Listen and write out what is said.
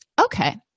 Okay